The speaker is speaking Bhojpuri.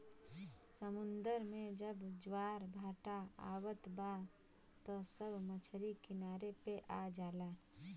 समुंदर में जब ज्वार भाटा आवत बा त सब मछरी किनारे पे आ जाला